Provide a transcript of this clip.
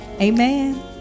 Amen